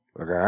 Okay